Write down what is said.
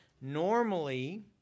normally